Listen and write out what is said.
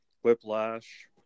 Whiplash